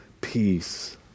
peace